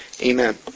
Amen